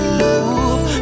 love